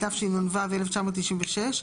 התשנ"ו-1996,